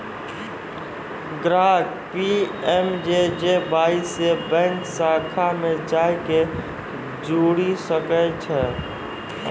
ग्राहक पी.एम.जे.जे.वाई से बैंक शाखा मे जाय के जुड़ि सकै छै